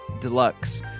deluxe